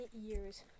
years